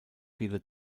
viele